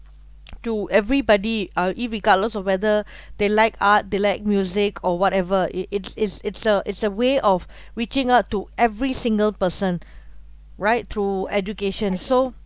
to everybody uh irregardless regardless of whether they like art they like music or whatever it it's it's a it's a way of reaching out to every single person right through education so